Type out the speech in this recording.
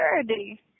security